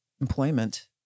employment